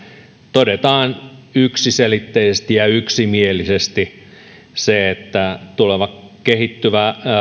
todetaan yksiselitteisesti ja yksimielisesti se että kun otetaan huomioon tuleva kehittyvä